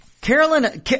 Carolyn